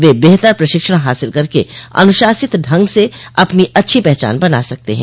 वे बेहतर प्रशिक्षण हासिल करके अनुशासित ढंग से अपनी अच्छी पहचान बना सकते हैं